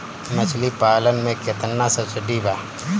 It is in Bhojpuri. मछली पालन मे केतना सबसिडी बा?